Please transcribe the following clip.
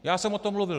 Já jsem o tom mluvil.